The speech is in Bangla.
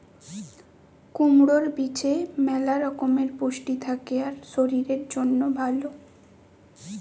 কুমড়োর বীজে ম্যালা রকমের পুষ্টি থাকে আর শরীরের জন্যে ভালো